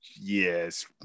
Yes